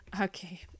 okay